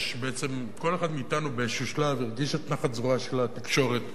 כל אחד מאתנו באיזה שלב הרגיש את נחת זרועה של התקשורת.